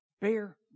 Bear